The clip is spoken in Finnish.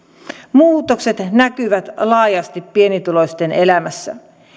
muutokset näkyvät laajasti pienituloisten elämässä